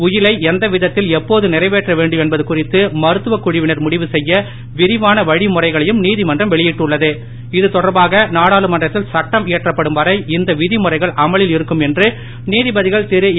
உயிலை எந்த விதத்தில் எப்போது நிறைவேற்ற வேண்டும் என்பது குறித்து மருத்துவக் குழுவினர் முடிவு செய்ய விரிவான வழிமுறைகளையும் இதுதொடர்பாக நாடாளுமன்றத்தில் சட்டம் இயற்றப்படும் வரை இந்த விதிமுறைகள் அமவில் இருக்கும் என்று நீதிபதிகள் திருஏ